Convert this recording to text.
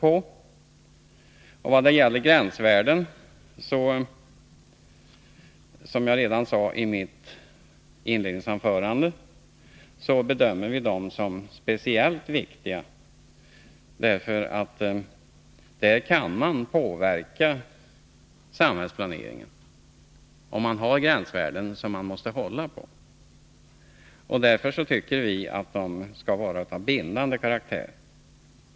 Som jag sade redan i mitt inledningsanförande bedömer vi gränsvärdena såsom speciellt viktiga, eftersom man genom att ha gränsvärden som människorna måste hålla på kan påverka samhällsplaneringen. Därför tycker vi att gränsvärdena skall vara bindande.